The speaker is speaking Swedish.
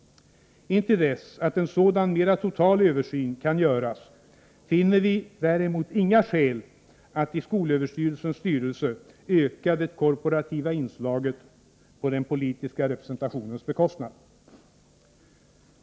Intill dess att en sådan mera total översyn kan göras finner vi däremot inga skäl att i skolöverstyrelsens styrelse öka det korporativa inslaget på den politiska representationens bekostnad.